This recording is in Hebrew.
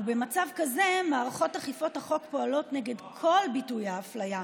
ובמצב כזה מערכות אכיפת החוק פועלות נגד כל ביטויי האפליה,